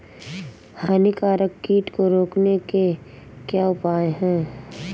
हानिकारक कीट को रोकने के क्या उपाय हैं?